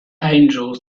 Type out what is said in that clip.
angels